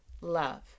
love